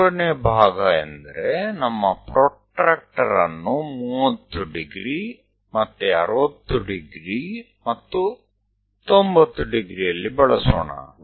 ಮೂರನೇ ಭಾಗ ಎಂದರೆ ನಮ್ಮ ಪ್ರೊಟ್ರಾಕ್ಟರ್ ಅನ್ನು 30 ಡಿಗ್ರಿ ಮತ್ತೆ 60 ಡಿಗ್ರಿ ಮತ್ತು 90 ಡಿಗ್ರಿ ಯಲ್ಲಿ ಬಳಸೋಣ